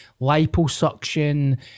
liposuction